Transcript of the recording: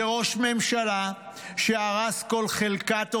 זה ראש ממשלה שהרס כל חלקה טובה.